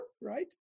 right